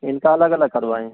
इनका अलग अलग करवाएं